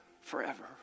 forever